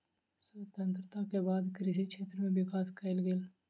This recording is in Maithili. स्वतंत्रता के बाद कृषि क्षेत्र में विकास कएल गेल